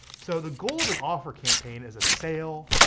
so the golden offer campaign is a sale,